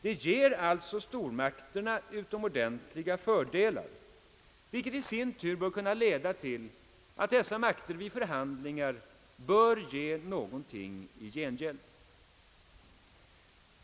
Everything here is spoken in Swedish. Det ger alltså stormakterna utomordentliga fördelar, vilket i sin tur bör kunna leda till att dessa makter vid förhandlingar får ge någonting i gengäld.